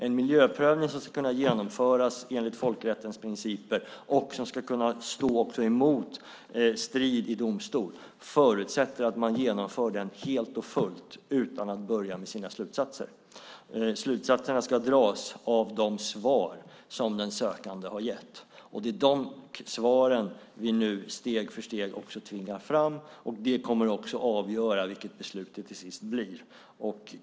En miljöprövning enligt folkrättens principer som håller för en strid i domstol förutsätter att man genomför den helt och fullt utan att börja med sina slutsatser. Slutsatserna ska dras av de svar som den sökande har gett. Det är de svaren vi nu steg för steg också tvingar fram, och de kommer att avgöra vilket beslutet till sist blir.